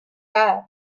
had